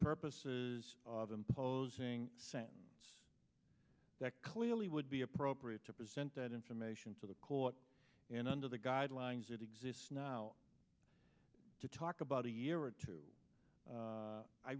purposes of imposing sentence that clearly would be appropriate to present that information to the court and under the guidelines it exists now to talk about a year or two